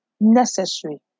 necessary